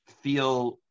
feel